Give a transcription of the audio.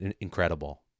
incredible